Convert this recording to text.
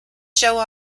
show